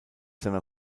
seiner